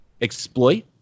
exploit